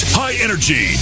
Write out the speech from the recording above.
high-energy